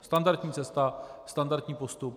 Standardní cesta, standardní postup.